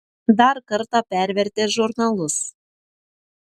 dar kartą pervertė žurnalus